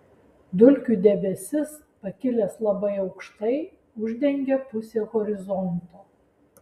dulkių debesis pakilęs labai aukštai uždengia pusę horizonto